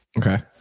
Okay